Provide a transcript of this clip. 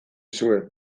zuen